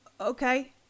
Okay